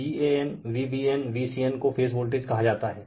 Refer Slide Time 1052 तो Van Vbn Vcn को phase voltage कहा जाता है